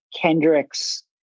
Kendrick's